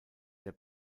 der